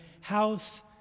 house